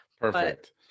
perfect